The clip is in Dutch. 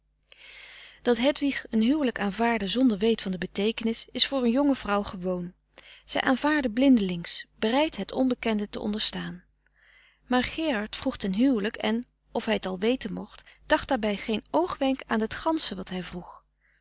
hedwig een huwelijk aanvaardde zonder weet van de beteekenis is voor een jonge vrouw gewoon zij aanvaardde blindelings bereid het onbekende te frederik van eeden van de koele meren des doods onderstaan maar gerard vroeg ten huwelijk en of hij t al weten mocht dacht daarbij geen oogwenk aan t gansche wat hij vroeg